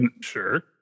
Sure